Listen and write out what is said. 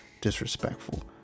disrespectful